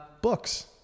Books